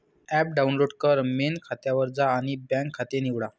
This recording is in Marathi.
ॲप डाउनलोड कर, मेन खात्यावर जा आणि बँक खाते निवडा